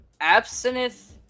Absinthe